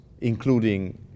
including